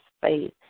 faith